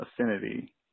affinity